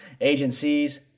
agencies